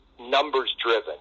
numbers-driven